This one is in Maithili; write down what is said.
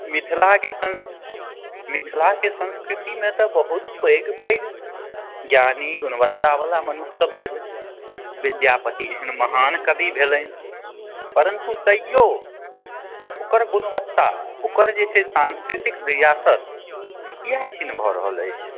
मिथिलाके संस मिथिलाके संस्कृतिमे तऽ बहुत पैघ पैघ ज्ञानी गुणबत्ता बला मनुख सभ भेल विद्यापति एहन महान कवि भेलनि परन्तु तइयो ओकर गुणवत्ता ओकर जे छै सांस्कृतिक विरासत किए छिन्न भए रहल अछि